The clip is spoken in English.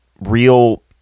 real